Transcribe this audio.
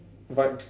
vibes